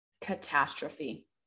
catastrophe